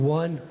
one